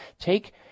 take